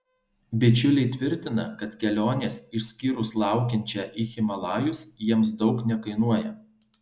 bičiuliai tvirtina kad kelionės išskyrus laukiančią į himalajus jiems daug nekainuoja